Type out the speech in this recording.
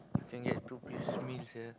you can get two piece meal sia